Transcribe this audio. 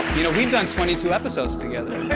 you know we've done twenty two episodes together,